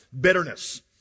bitterness